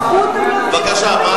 בבקשה.